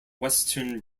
western